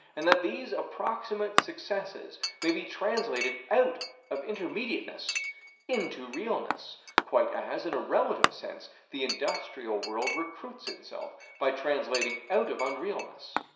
and that these approximate successes may be translated out of intermediateness into realness quite as, in a relative sense, the industrial world recruits itself by translating out of unrealness,